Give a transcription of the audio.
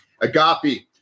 Agapi